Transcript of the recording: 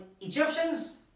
Egyptians